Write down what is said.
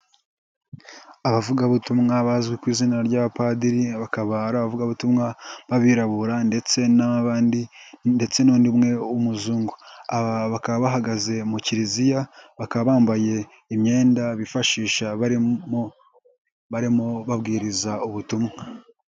Abavugabutumwa bazwi ku izina ry'abapadiri bakaba ari abavugabutumwa b'abirabura ndetse n'abandi ndetse n'undi w'umuzungu, bakaba bahagaze mu kiliziya bakaba bambaye imyenda bifashisha barimo barimo babwiriza ubutumwa.